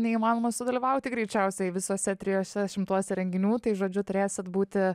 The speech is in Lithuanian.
neįmanoma sudalyvauti greičiausiai visuose trijuose šimtuose renginių tai žodžiu turėsit būti